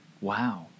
Wow